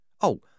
Oh